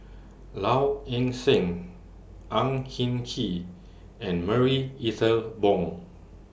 Low Ing Sing Ang Hin Kee and Marie Ethel Bong